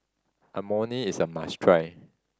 Imoni is a must try